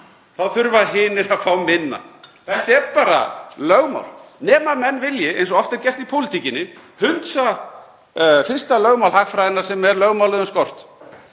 þá þurfa hinir að fá minna. Þetta er bara lögmál, nema menn vilji, eins og oft er gert í pólitíkinni, hunsa fyrsta lögmál hagfræðinnar sem er lögmálið um skort,